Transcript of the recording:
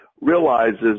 realizes